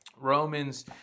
Romans